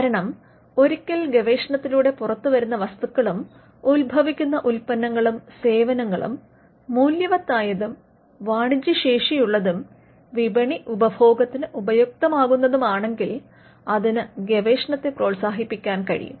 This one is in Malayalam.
കാരണം ഒരിക്കൽ ഗവേഷണത്തിലൂടെ പുറത്തുവരുന്ന വസ്തുക്കളും ഉത്ഭവിക്കുന്ന ഉൽപ്പന്നങ്ങളും സേവനങ്ങളും മൂല്യവത്തായതും വാണിജ്യശേഷിയുള്ളതും വിപണി ഉപഭോഗത്തിന് ഉപയുക്തമാക്കാവുന്നതുമാണെങ്കിൽ അതിന് ഗവേഷണത്തെ പ്രോത്സാഹിപ്പിക്കാൻ കഴിയും